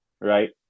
right